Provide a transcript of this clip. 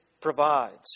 provides